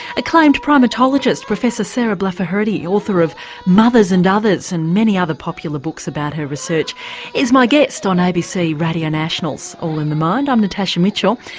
acclaimed climatologist professor sarah blaffer hrdy author of mothers and others and many other popular books about her research is my guest on abc radio national's all in the mind, i'm natasha mitchell,